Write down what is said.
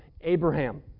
Abraham